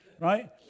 right